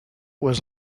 was